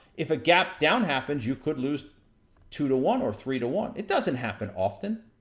if a gap down happens, you could lose two to one or three to one. it doesn't happen often.